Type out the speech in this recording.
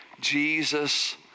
Jesus